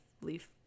Leaf